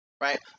Right